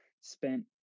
spent